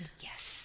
yes